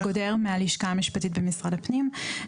שמי יעל גודר מהלשכה המשפטית במשרד הפנים.